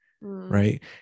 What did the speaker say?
Right